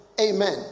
Amen